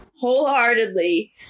wholeheartedly